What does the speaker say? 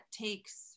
takes